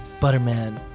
Butterman